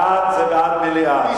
בעד, זה בעד מליאה.